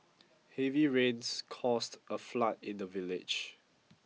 heavy rains caused a flood in the village